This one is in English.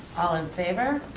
all in favor.